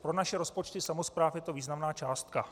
Pro naše rozpočty samospráv je to významná částka.